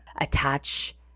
attach